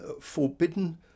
forbidden